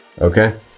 Okay